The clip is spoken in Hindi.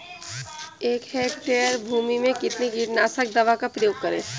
एक हेक्टेयर भूमि में कितनी कीटनाशक दवा का प्रयोग करें?